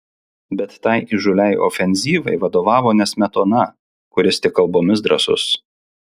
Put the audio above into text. bet tai įžūliai ofenzyvai vadovavo ne smetona kuris tik kalbomis drąsus